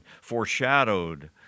foreshadowed